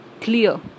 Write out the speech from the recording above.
clear